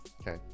Okay